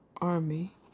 army